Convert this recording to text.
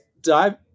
dive